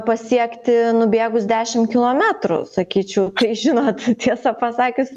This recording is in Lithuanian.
pasiekti nubėgus dešimt kilometrų sakyčiau tai žinot tiesą pasakius